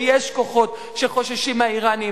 ויש כוחות שחוששים מהאירנים,